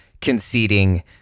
conceding